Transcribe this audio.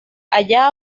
aya